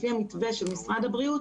לפי המתווה של משרד הבריאות,